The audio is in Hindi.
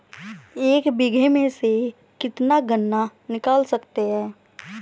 एक बीघे में से कितना गन्ना निकाल सकते हैं?